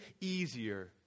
easier